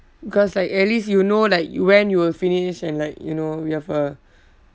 because like at least you know like you when you will finish and like you know you have a